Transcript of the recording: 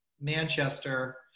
Manchester